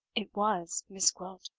it was miss gwilt!